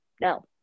no